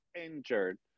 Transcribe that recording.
injured